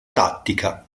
tattica